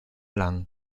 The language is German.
lang